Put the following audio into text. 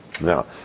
Now